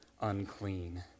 unclean